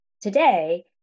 today